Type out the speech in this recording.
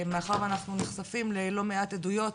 מאחר ואנחנו נחשפים ללא מעט עדויות